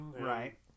Right